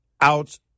out